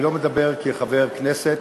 אני לא מדבר כחבר כנסת,